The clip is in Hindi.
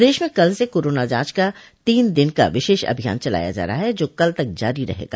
प्रदेश में कल से कोरोना जांच का तीन दिन का विशेष अभियान चलाया जा रहा है जो कल तक जारी रहेगा